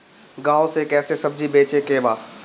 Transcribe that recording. गांव से कैसे सब्जी बेचे के बा?